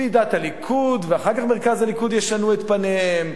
ועידת הליכוד ואחר כך מרכז הליכוד ישנו את פניהם,